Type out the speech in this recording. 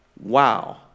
Wow